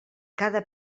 cada